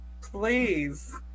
please